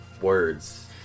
words